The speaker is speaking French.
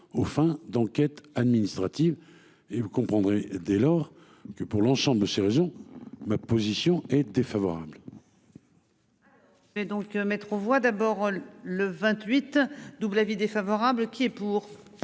aux fins d'enquêtes administratives et vous comprendrez dès lors que pour l'ensemble de ces raisons. Ma position est défavorable.